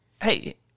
Hey